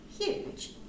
huge